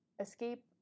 escape